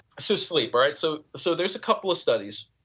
seriously brett, so so there is a couple of studies.